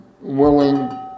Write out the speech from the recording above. willing